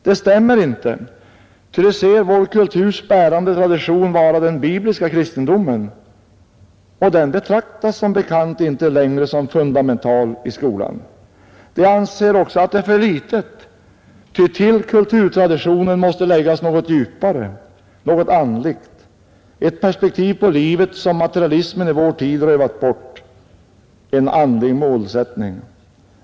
Det stämmer inte, ty de ser vår kulturs bärande tradition vara den bibliska kristendomen — och den betraktas som bekant inte längre som fundamental i skolan. De anser också att det är för litet, ty till kulturtraditionen måste läggas något djupare, något andligt — ett perspektiv på livet som materialismen i vår tid rövat bort, en andlig målsättning.